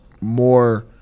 more